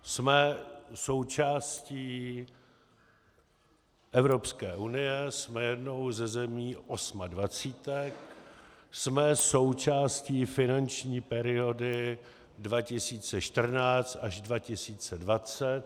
Jsme součástí Evropské unie, jsme jednou ze zemí osmadvacítky, jsme součástí finanční periody 2014 až 2020.